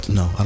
no